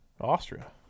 Austria